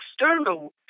external